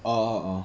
oh oh